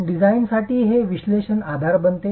डिझाइनसाठी हे विश्लेषक आधार बनते